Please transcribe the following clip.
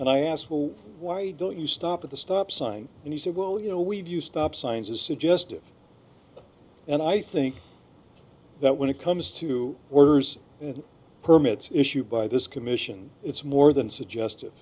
and i asked well why don't you stop at the stop sign and he said well you know we've you stop signs as suggestive and i think that when it comes to orders and permits issued by this commission it's more than suggest